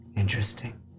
Interesting